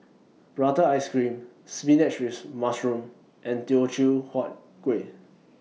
Prata Ice Cream Spinach with Mushroom and Teochew Huat Kueh